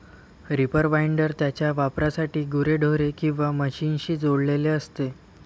reaper binder त्याच्या वापरासाठी गुरेढोरे किंवा मशीनशी जोडलेले असते